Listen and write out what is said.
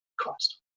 cost